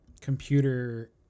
computer